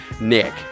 Nick